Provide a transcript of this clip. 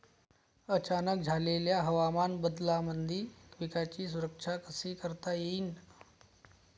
अचानक झालेल्या हवामान बदलामंदी पिकाची सुरक्षा कशी करता येईन?